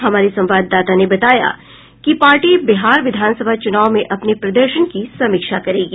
हमारे संवाददाता ने बताया कि पार्टी बिहार विधानसभा चुनाव में अपने प्रदर्शन की समीक्षा करेगी